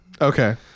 Okay